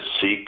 seek